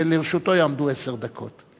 שלרשותו יעמדו עשר דקות.